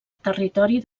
territori